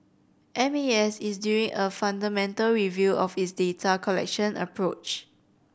M A S is doing a fundamental review of its data collection approach